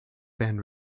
band